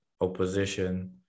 opposition